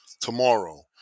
tomorrow